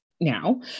Now